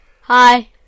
Hi